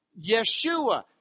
Yeshua